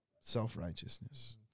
self-righteousness